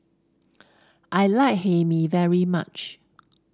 I like Hae Mee very much